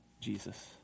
Jesus